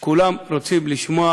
כולם רוצים לשמוע